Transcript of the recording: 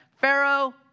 Pharaoh